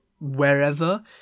wherever